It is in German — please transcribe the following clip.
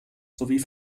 sowie